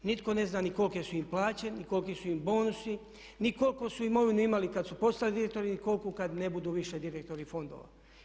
Nitko ne zna ni kolike su im plaće, ni koliki su im bonusu, ni koliku su imovinu imali kad su postali direktori ni koliku kad ne budu više direktori fondova.